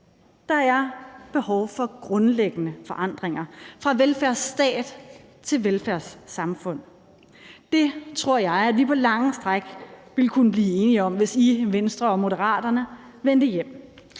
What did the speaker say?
Der er behov for grundlæggende forandringer fra velfærdsstat til velfærdssamfund. Det tror jeg vi på lange stræk ville kunne blive enige om, hvis I i Venstre og Moderaterne vendte hjem.